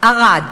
ערד,